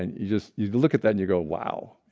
and you just you look at that and you go. wow,